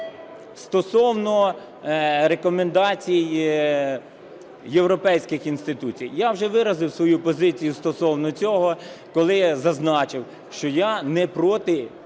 Стосовно рекомендацій європейських інституцій. Я вже виразив свою позицію стосовно цього, коли зазначив, що я не проти